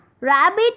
Rabbit